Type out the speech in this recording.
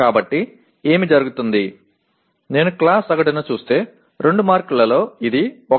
కాబట్టి ఏమి జరుగుతుంది నేను క్లాస్ సగటును చూస్తే 2 మార్కులలో ఇది 1